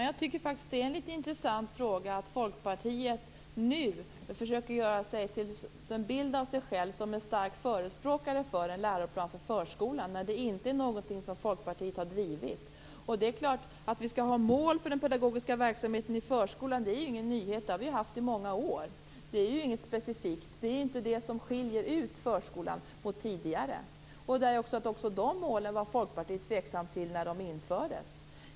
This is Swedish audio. Fru talman! Det är intressant att man inom Folkpartiet nu försöker framställa sig själv som en stark förespråkare för en läroplan för förskolan. Detta är inte något som Folkpartiet har drivit tidigare. Det är klart att vi skall ha mål för den pedagogiska verksamheten i förskolan. Det är ingen nyhet, utan det har vi haft i många år. Det är inget specifikt. Det är inte det som skiljer ut förskolan från tidigare. Också de tidigare målen var man inom Folkpartiet tveksam till när de infördes.